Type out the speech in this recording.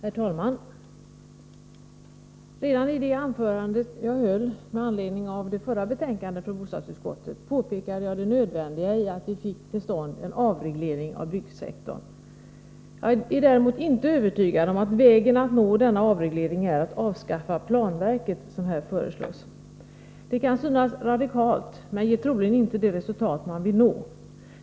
Herr talman! Redan i mitt anförande med anledning av det föregående betänkandet från bostadsutskottet påpekade jag det nödvändiga i att vi fick till stånd en avreglering av byggsektorn. Jag är däremot inte övertygad att vägen att nå denna avreglering är att avskaffa planverket, som här har föreslagits. Det kan synas radikalt, men ger troligen inte det resultat man vill uppnå.